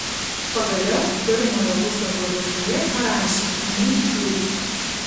pagaliau pirmojo puslapio viršuje parašė neįkliūk